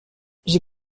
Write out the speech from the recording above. j’ai